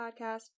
Podcast